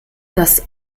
das